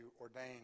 ordained